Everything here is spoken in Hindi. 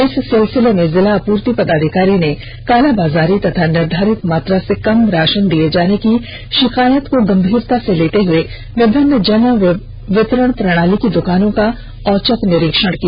इस सिलसिले में जिला आपूर्ति पदाधिकारी ने कालाबाजारी तथा निर्धारित मात्रा से कम राषन दिये जाने की षिकायत को गंभीरता र्स लेते हुए विभिन्न जन वितरण प्रणाली की दुकानों का औचक निरीक्षण किया